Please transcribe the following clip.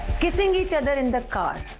kissing each other in the car.